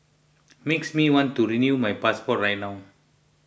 makes me want to renew my passport right now